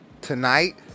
tonight